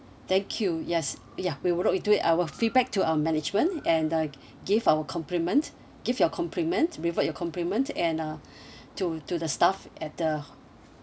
thank you yes ya we will look into it I'll feedback to our management and uh give our compliment give your compliment revert your compliment and uh to to the staff at the